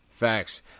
Facts